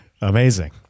Amazing